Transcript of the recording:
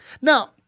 Now